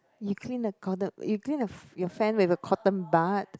you clean the cot~ you clean your your fan with a cotton bud